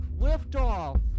liftoff